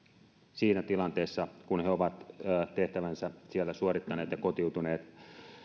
siinä tilanteessa kun he ovat tehtävänsä siellä suorittaneet ja kotiutuneet